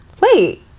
wait